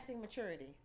maturity